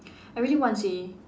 I really want seh